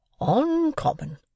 uncommon